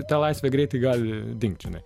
ta laisvė greitai gali dingti žinai